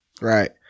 Right